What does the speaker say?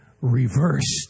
reversed